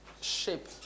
shape